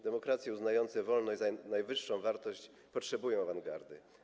Demokracje uznające wolność za najwyższą wartość potrzebują awangardy.